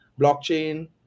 blockchain